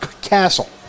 Castle